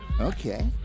Okay